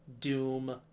Doom